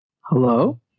Hello